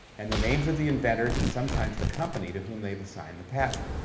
and the names of the inventors and sometimes the company to whom they have assigned the patent.